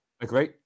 Agree